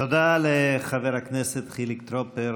תודה לחבר הכנסת חיליק טרופר.